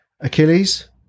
Achilles